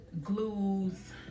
glues